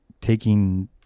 taking